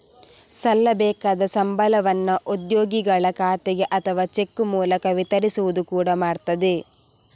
ಸಲ್ಲಬೇಕಾದ ಸಂಬಳವನ್ನ ಉದ್ಯೋಗಿಗಳ ಖಾತೆಗೆ ಅಥವಾ ಚೆಕ್ ಮೂಲಕ ವಿತರಿಸುವುದು ಕೂಡಾ ಮಾಡ್ತದೆ